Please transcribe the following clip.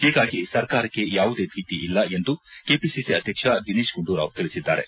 ಹೀಗಾಗಿ ಸರ್ಕಾರಕ್ಕ ಯಾವುದೇ ಭೀತಿ ಇಲ್ಲ ಎಂದು ಕೆಪಿಸಿಸಿ ಅಧ್ಯಕ್ಷ ದಿನೇಶ್ ಗುಂಡೂರಾವ್ ತಿಳಿಸಿದ್ದಾರೆ